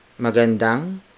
Magandang